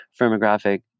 firmographic